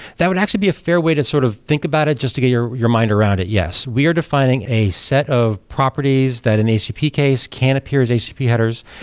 that would actually be a fair way to sort of think about it, just to get your your mind around it. yes. we are defining a set of properties that an acp case can appear as http headers,